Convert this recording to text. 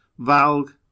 valg